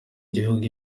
gihugu